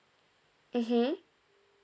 mmhmm